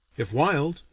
if wild,